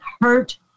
hurt